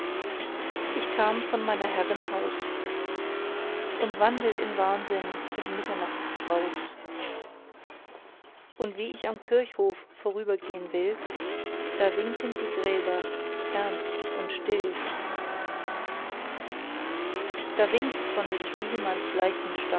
ich kam von meiner herrin haus und wandelt in wahnsinn und mitternachtgraus und wie ich am kirchhof vorübergehn will da winken die gräber ernst und still da winkts von des spielmanns